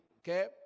Okay